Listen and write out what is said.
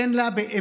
אין לה באמת